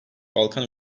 balkan